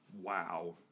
Wow